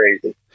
crazy